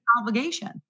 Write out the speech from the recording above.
obligation